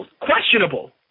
questionable